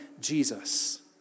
Jesus